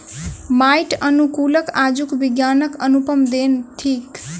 माइट अनुकूलक आजुक विज्ञानक अनुपम देन थिक